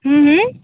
हुँ हुँ